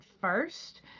first